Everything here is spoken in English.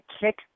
kick